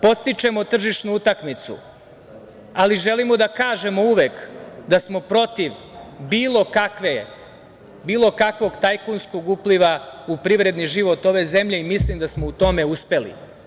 Podstičemo tržišnu utakmicu, ali želimo da kažemo uvek da smo protiv bilo kakvog tajkunskog upliva u privredni život ove zemlje i mislim da smo u tome uspeli.